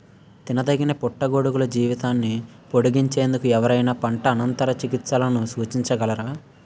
తినదగిన పుట్టగొడుగుల జీవితాన్ని పొడిగించేందుకు ఎవరైనా పంట అనంతర చికిత్సలను సూచించగలరా?